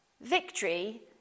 Victory